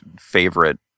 favorite